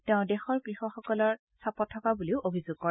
তেওঁ দেশৰ কৃষকসকল চাপত থকা বুলিও অভিযোগ কৰে